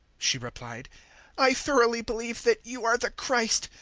she replied i thoroughly believe that you are the christ,